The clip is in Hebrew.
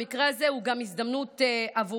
המקרה הזה הוא גם הזדמנות עבורנו